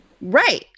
Right